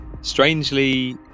strangely